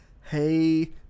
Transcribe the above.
Hey